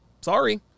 Sorry